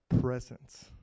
presence